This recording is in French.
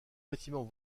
bâtiment